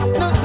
no